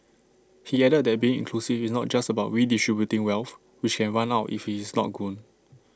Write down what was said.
he added that being inclusive is not just about redistributing wealth which can run out if IT is not grown